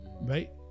right